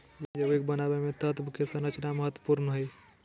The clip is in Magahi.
यौगिक बनावे मे तत्व के संरचना महत्वपूर्ण हय